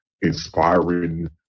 inspiring